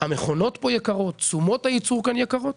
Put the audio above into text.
המכונות פה יקרות, תשומות הייצור כאן יקרות.